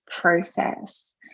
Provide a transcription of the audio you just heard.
process